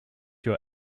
your